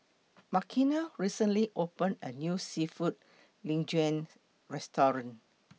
Makena recently opened A New Seafood Linguine Restaurant